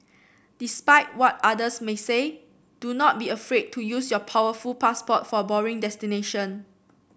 despite what others may say do not be afraid to use your powerful passport for boring destination